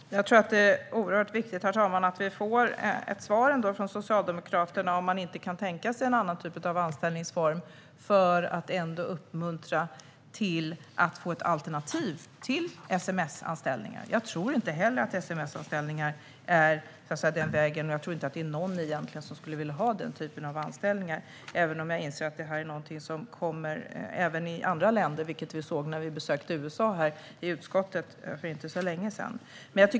Herr talman! Jag tror att det är oerhört viktigt att vi får ett svar från Socialdemokraterna. Kan man inte tänka sig en annan typ av anställningsform för att uppmuntra till ett alternativ till sms-anställningar? Jag tror inte heller att sms-anställningar är den rätta vägen, och jag tror egentligen inte att det är någon som skulle vilja ha den typen av anställningar, även om jag inser att det här är någonting som kommer även i andra länder, vilket vi såg när vi besökte USA med utskottet för inte så länge sedan.